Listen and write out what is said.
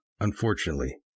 Unfortunately